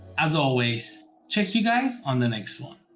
as always check you guys on the next one.